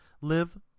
Live